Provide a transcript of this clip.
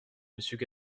monsieur